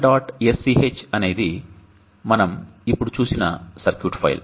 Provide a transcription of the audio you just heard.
sch అనేది మనం ఇప్పుడు చూసిన సర్క్యూట్ ఫైల్